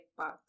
path